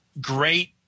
great